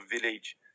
village